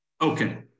Okay